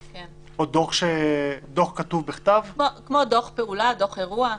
כן, כמו דוח פעולה או דוח אירוע.